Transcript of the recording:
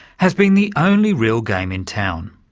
has been the only real game in town.